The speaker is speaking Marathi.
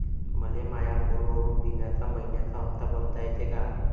मले माया फोनवरून बिम्याचा मइन्याचा हप्ता भरता येते का?